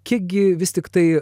kiek gi vis tiktai